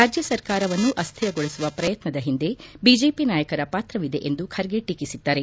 ರಾಜ್ಹ ಸರ್ಕಾರವನ್ನು ಅಸ್ನಿರಗೊಳಿಸುವ ಪ್ರಯತ್ವದ ಹಿಂದೆ ಬಿಜೆಪಿ ನಾಯಕರ ಪಾತವಿದೆ ಎಂದು ಖರ್ಗೆ ಟೀಕಿಸಿದ್ದಾರೆ